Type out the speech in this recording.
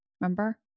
Remember